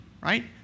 right